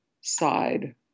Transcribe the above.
side